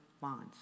bonds